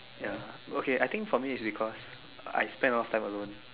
ya okay I think for me it's because I spend a lot of time alone